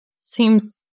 Seems